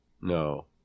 no